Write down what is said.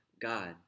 God